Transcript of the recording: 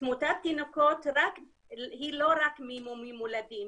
תמותת תינוקות היא לא רק ממומים מולדים,